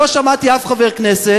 לא שמעתי אף חבר כנסת,